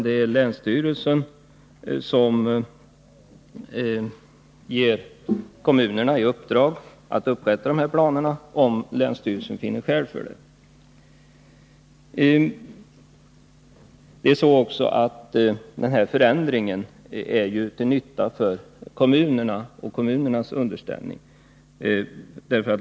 Det är länsstyrelsen som ger kommunerna i uppdrag att upprätta planerna, om länsstyrelsen finner skäl för det. Denna förändring är också till nytta för kommunerna och kommunernas underställande.